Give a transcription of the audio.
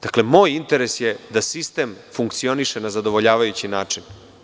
Dakle, moj interes je da sistem funkcioniše na zadovoljavajući način.